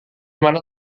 mana